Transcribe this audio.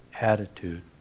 attitude